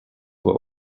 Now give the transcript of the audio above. were